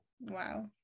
Wow